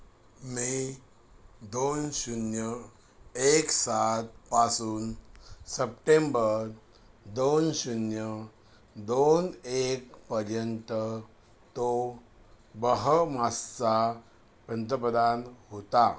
मे दोन शून्य एक सातपासून सप्टेंबर दोन शून्य दोन एक पर्यंत तो बहमासचा पंतप्रधान होता